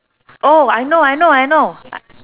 oh I know I know I know